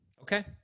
Okay